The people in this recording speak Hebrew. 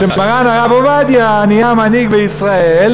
שמרן הרב עובדיה נהיה מנהיג בישראל,